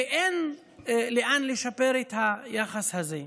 ואין לאן לשפר את היחס הזה.